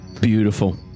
Beautiful